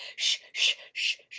shh shh,